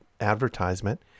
advertisement